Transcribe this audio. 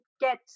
get